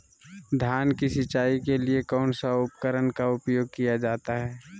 धान की सिंचाई के लिए कौन उपकरण का उपयोग किया जाता है?